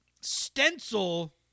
stencil